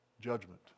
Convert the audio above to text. judgment